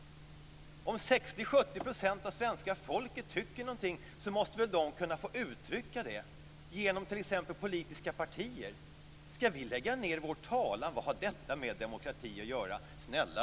Om 60-70 % av svenska folket tycker någonting måste de väl kunna få uttrycka det genom t.ex. politiska partier. Ska vi lägga ned vår talan? Snälla Lars Leijonborg! Vad har detta med demokrati och göra?